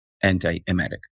anti-emetic